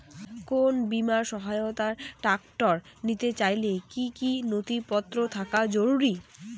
কোন বিমার সহায়তায় ট্রাক্টর নিতে চাইলে কী কী নথিপত্র থাকা জরুরি?